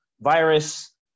virus